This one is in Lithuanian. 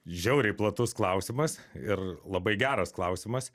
žiauriai platus klausimas ir labai geras klausimas